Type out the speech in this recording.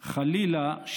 חלילה,